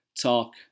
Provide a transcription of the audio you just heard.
talk